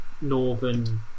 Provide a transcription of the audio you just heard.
northern